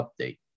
update